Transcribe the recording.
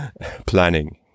planning